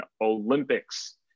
Olympics